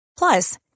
Plus